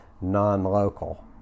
non-local